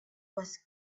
was